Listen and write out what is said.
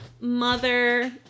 mother